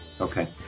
Okay